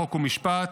חוק ומשפט